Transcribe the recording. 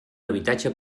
habitatge